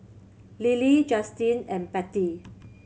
Lilly Justine and Patty